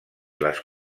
les